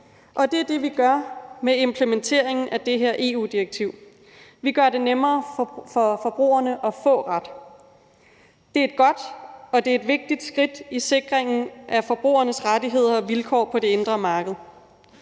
Det er det, vi gør med implementeringen af det her EU-direktiv. Vi gør det nemmere for forbrugerne at få ret. Det er et godt, og det er et vigtigt skridt i sikringen af forbrugernes rettigheder og vilkår på det indre marked.